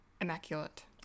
immaculate